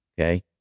Okay